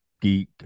geek